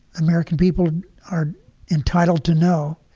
american people are entitled to know,